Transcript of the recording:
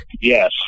Yes